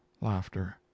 laughter